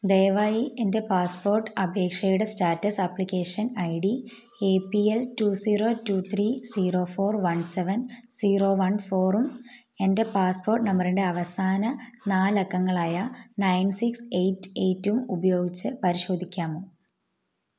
ദയവായി എന്റെ പാസ്പ്പോട്ട് അപേഷയുടെ status application I D A P L two zero two three zero four one seven zero one ഫോറും എന്റെ passport നമ്പറിൻ്റെ അവസാന നാലക്കങ്ങളായ നയൻ സിക്സ് ഏയ്റ്റ് ഏയ്റ്റും ഉപയോഗിച്ച് പരിശോധിക്കാമോ